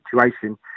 situation